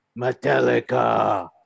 Metallica